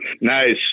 nice